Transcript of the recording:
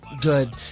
good